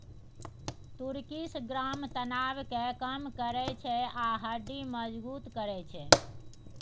तुर्किश ग्राम तनाब केँ कम करय छै आ हड्डी मजगुत करय छै